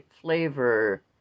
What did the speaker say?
flavor